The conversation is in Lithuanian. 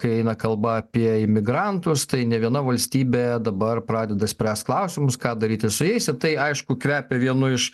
kai eina kalba apie imigrantus tai ne viena valstybė dabar pradeda spręst klausimus ką daryti su jais ir tai aišku kvepia vienu iš